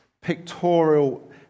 pictorial